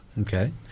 Okay